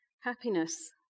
Happiness